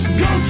go